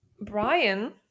Brian